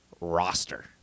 roster